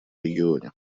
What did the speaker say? регионе